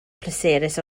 pleserus